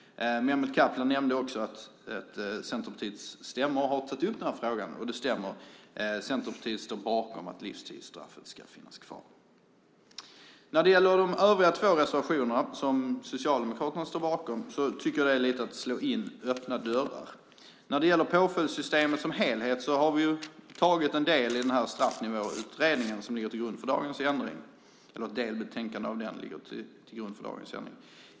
Mehmet Kaplan nämnde att frågan har tagits upp på Centerpartiets stämmor. Det är riktigt. Centerpartiet står bakom att livstidsstraffet ska finnas kvar. Det som sägs i övriga två reservationer, som Socialdemokraterna står bakom, är, tycker jag, lite av att slå in öppna dörrar. När det gäller påföljdssystemet som helhet har vi ju tagit en del i det delbetänkande från Straffnivåutredningen som ligger till grund för dagens ändring.